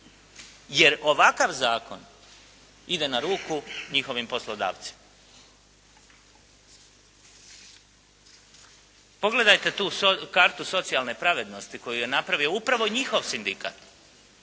Jer ovakav zakon ide na ruku njihovim poslodavcima. Pogledajte tu kartu socijalne pravednosti koju je napravio upravo njihov sindikat.